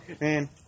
Man